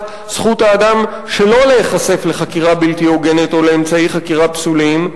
זכות האדם שלא להיחשף לחקירה בלתי הוגנת או לאמצעי חקירה פסולים,